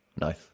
Nice